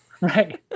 Right